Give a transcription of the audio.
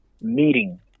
meeting